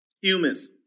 humans